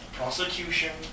prosecution